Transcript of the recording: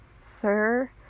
sir